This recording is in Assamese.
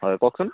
হয় কওকচোন